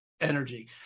energy